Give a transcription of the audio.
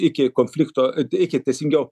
iki konflikto iki teisingiau